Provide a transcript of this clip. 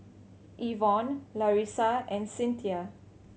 Evon Larissa and Cynthia